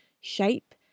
shape